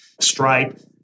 Stripe